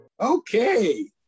Okay